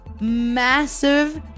massive